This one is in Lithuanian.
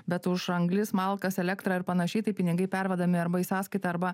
bet už anglis malkas elektrą ir panašiai tai pinigai pervedami arba į sąskaitą arba